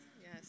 Yes